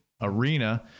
arena